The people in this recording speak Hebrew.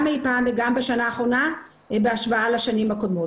גם מפעם וגם בשנה האחרונה, בהשוואה לשנים הקודמות.